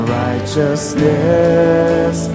righteousness